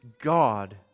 God